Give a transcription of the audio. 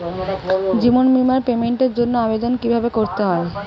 জীবন বীমার পেমেন্টের জন্য আবেদন কিভাবে করতে হয়?